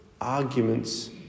arguments